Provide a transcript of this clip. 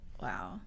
Wow